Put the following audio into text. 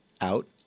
out